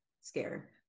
scare